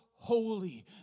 Holy